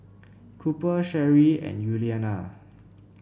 Cooper Sheri and Yuliana